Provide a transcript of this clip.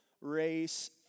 race